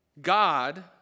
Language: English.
God